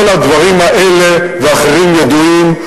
כל הדברים האלה ואחרים ידועים,